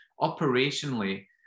operationally